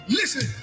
listen